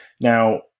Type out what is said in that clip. Now